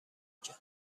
کرد